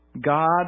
God